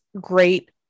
great